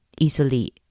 easily